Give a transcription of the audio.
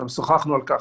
גם שוחחנו על כך,